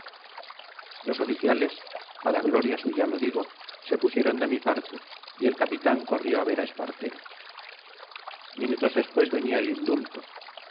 los oficiales para gloria suya lo digo se pusieron de mi parte y el capitán corrió a ver a espartero minutos después venía el indulto